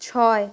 ছয়